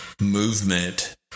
movement